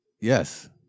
Yes